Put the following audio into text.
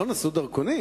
לא נשאו דרכונים,